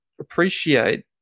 appreciate